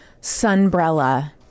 Sunbrella